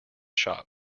shop